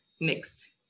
Next